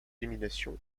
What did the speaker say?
élimination